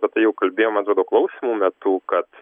apie tai jau kalbėjom man atrodo klausymų metu kad